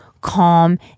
calm